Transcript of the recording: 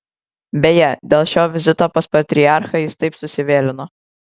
beje dėl šio vizito pas patriarchą jis taip susivėlino